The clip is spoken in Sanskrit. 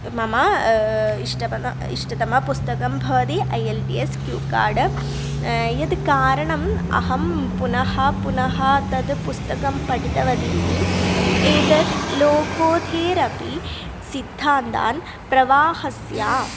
मम इष्टं इष्टतमपुस्तकं भवति ऐ एल् टि एस् क्यू काड् यत् कारणम् अहं पुनः पुनः तद् पुस्तकं पठितवती इति एतद् लोकोधोपि सिद्धान्तान् प्रवाहस्य